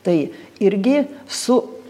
tai irgi su